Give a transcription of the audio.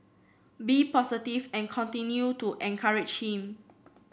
be positive and continue to encourage him